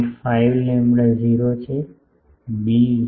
5 lambda 0 છે B 0